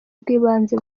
bw’ibanze